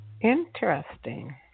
Interesting